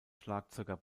schlagzeuger